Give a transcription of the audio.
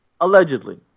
allegedly